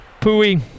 Pui